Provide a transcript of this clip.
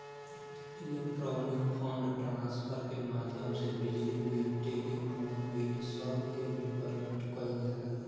electronic fund transfer के माध्यम से बिजली बिल टेलीफोन बिल सब के भी पेमेंट कईल जाला